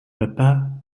papa